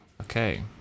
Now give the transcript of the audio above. Okay